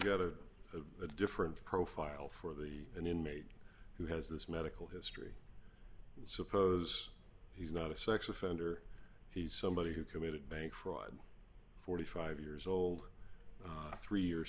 go to a different profile for the inmate who has this medical history suppose he's not a sex offender he's somebody who committed many croyde forty five years old a three year